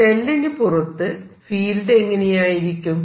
ഷെല്ലിന് പുറത്തു ഫീൽഡ് എങ്ങനെയായിരിക്കും